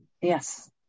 Yes